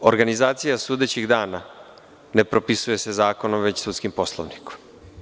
Organizacija sudećih dana ne propisuje se zakonom, već sudskim poslovnikom.